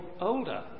older